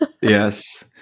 Yes